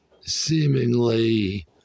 seemingly